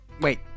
wait